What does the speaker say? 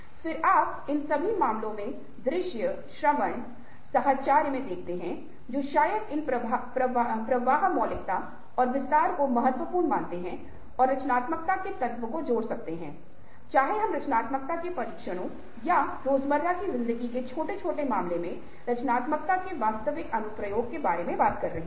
फिर आप इन सभी मामलों में दृश्य श्रवण साहचर्य मे देखते हैं जो शायद इन प्रवाह मौलिकता और विस्तार को महत्वपूर्ण मानते हैं और रचनात्मकता के तत्व को जोड़ सकते हैं चाहे हम रचनात्मकता के परीक्षणों या रोजमर्रा की जिंदगी के छोटे छोटे मामलेमे रचनात्मकता के वास्तविक अनुप्रयोग के बारे में बात कर रहे हों